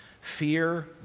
Fear